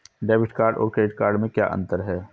Debit card और credit card में क्या अंतर है?